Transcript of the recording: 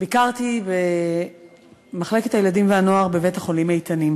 ביקרתי במחלקת הילדים והנוער בבית-החולים "איתנים".